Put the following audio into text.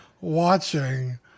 watching